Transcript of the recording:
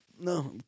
No